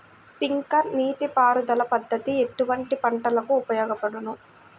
Sprinkler నీటిపారుదల పద్దతి ఎటువంటి పంటలకు ఉపయోగపడును?